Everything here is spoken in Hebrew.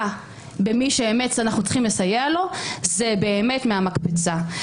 במי שאנחנו באמת צריכים לסייע לו זה באמת מהמקפצה.